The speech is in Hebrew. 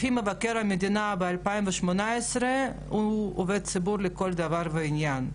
לפי מבקר המדינה ב-2018 הוא עובד ציבור לכל דבר ועניין,